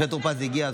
משה טור פז הגיע.